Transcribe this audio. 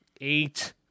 Eight